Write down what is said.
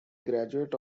graduate